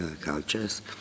cultures